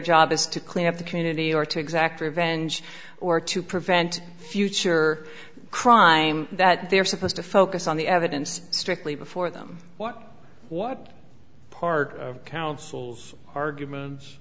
job is to clean up the community or to exact revenge or to prevent future crime that they're supposed to focus on the evidence strictly before them what what part of counsel's argument